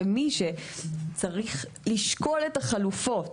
ומי שצריך לשקול את החלופות